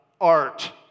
art